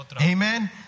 Amen